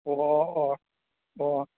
ꯑꯣ ꯑꯣ ꯑꯣ